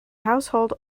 household